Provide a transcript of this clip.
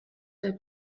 der